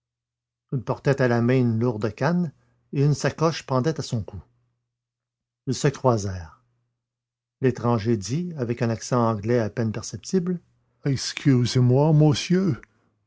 il portait à la main une lourde canne et une sacoche pendait à son cou ils se croisèrent l'étranger dit avec un accent anglais à peine perceptible excusez-moi monsieur